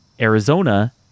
Arizona